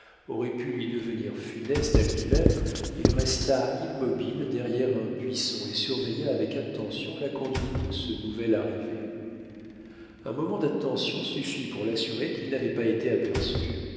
aurait pu lui devenir funeste à lui-même il resta immobile derrière un buisson et surveilla avec attention la conduite de ce nouvel arrivé un moment d'attention suffit pour l'assurer qu'il n'avait pas été aperçu